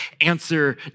answer